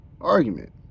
argument